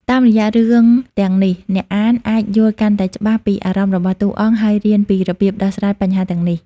តាមរយៈរឿងទាំងនេះ អ្នកអានអាចយល់កាន់តែច្បាស់ពីអារម្មណ៍របស់តួអង្គ ហើយរៀនពីរបៀបដោះស្រាយបញ្ហាទាំងនេះ។